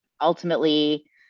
ultimately